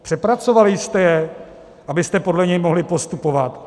Přepracovali jste jej, abyste podle něj mohli postupovat?